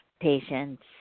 patients